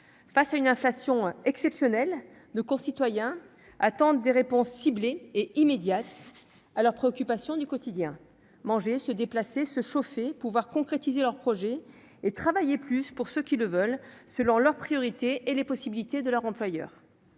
Face à une inflation exceptionnelle, nos concitoyens attendent des réponses ciblées et immédiates à leurs préoccupations du quotidien : manger, se déplacer, se chauffer, pouvoir concrétiser leurs projets et travailler plus, pour ceux qui le veulent, selon leurs priorités et les possibilités de leur employeur.